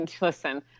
listen